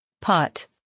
Pot